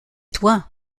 toi